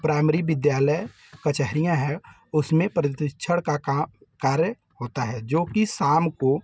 प्रामरी विद्यालय कचहरियाँ है उसमें का काम कार्य होता है जो कि शाम को